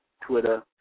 Twitter